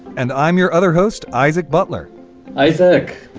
and i'm your other host, isaac butler isaac,